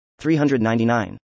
399